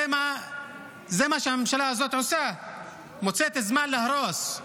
זה מה שהממשלה הזאת עושה, מוצאת זמן להרוס.